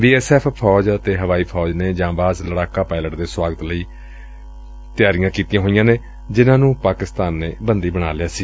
B S F ਫੌਜ ਅਤੇ ਹਵਾਈ ਫੌਜ ਨੇ ਜਾਬਾਜ਼ ਲਤਾਕਾ ਪਾਇਲਟ ਦੇ ਸੁਆਗਤ ਲਈ ਤਿਆਰ ਬਰ ਤਿਆਰ ਨੇ ਜਿਨ੍ਹਾਂ ਨੁੰ ਪਾਕਿਸਤਾਨ ਨੇ ਬੰਦੀ ਬਣਾ ਲਿਆ ਸੀ